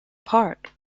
part